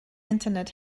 internet